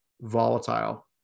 volatile